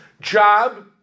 job